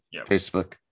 Facebook